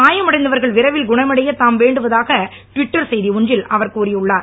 காயமடைந்தவர்கள் விரைவில் குணமடைய தாம் வேண்டுவதாக டுவிட்டர் செய்தி ஒன்றில் அவர் கூறியுள்ளார்